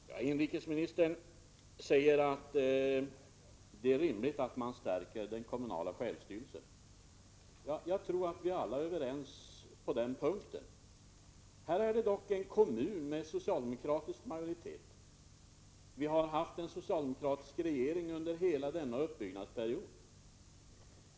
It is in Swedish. Herr talman! Civilministern säger att det är rimligt att man stärker den kommunala självstyrelsen. Jag tror att vi alla är överens på den punkten. I detta fall rör det sig om en kommun med socialdemokratisk majoritet. Vi har haft en socialdemokratisk regering under hela den aktuella uppbyggnadsperioden.